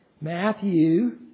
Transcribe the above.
Matthew